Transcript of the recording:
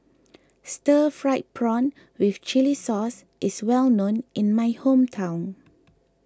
Stir Fried Prawn with Chili Sauce is well known in my hometown